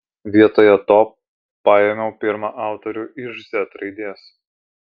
vietoje to paėmiau pirmą autorių iš z raidės